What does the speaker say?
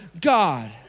God